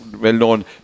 well-known